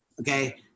okay